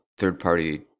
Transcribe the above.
third-party